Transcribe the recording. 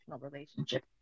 relationship